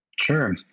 Sure